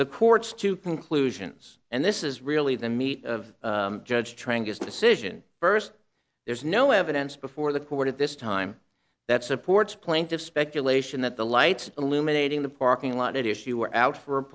two conclusions and this is really the meat of judge training is decision first there's no evidence before the court at this time that supports plaintiff's speculation that the lights illuminating the parking lot at issue were out for